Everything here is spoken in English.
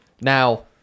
Now